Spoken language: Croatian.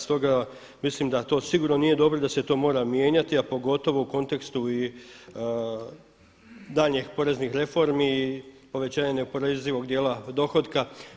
Stoga mislim da to sigurno nije dobro i da se to mora mijenjati a pogotovo u kontekstu i daljnjih poreznih reformi i povećanja neoporezivog djela dohotka.